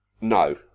No